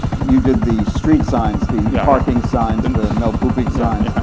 you did the street signs, the parking signs, and the no pooping signs,